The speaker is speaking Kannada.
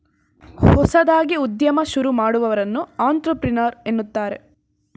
ಹೊಸದಾಗಿ ಉದ್ಯಮ ಶುರು ಮಾಡುವವನನ್ನು ಅಂಟ್ರಪ್ರಿನರ್ ಎನ್ನುತ್ತಾರೆ